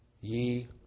Ye